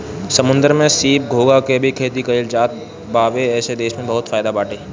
समुंदर में सीप, घोंघा के भी खेती कईल जात बावे एसे देश के बहुते फायदा बाटे